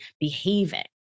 behaving